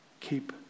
keep